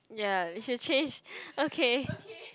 ya should change okay